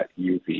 UV